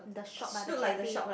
the shop ah the cafe